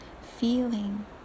feeling